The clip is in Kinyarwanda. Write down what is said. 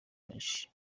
menshi